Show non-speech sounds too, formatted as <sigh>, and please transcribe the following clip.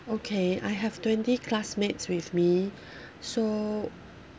okay I have twenty classmates with me <breath> so